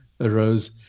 arose